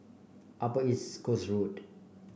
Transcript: Upper East Coast Road